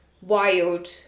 wild